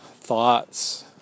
thoughts